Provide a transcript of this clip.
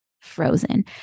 frozen